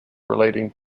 relating